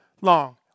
long